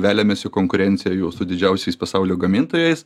veliamės į konkurenciją jau su didžiausiais pasaulio gamintojais